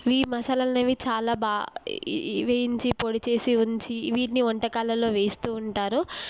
ఈ మసాలాలనేవి చాలా బాగా వేయించి పొడి చేసి ఉంచి వీటిని వంటకాలలో వేస్తూ ఉంటారు